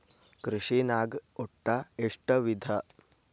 ಕೃಷಿನಾಗ್ ಒಟ್ಟ ಎಷ್ಟ ವಿಧ?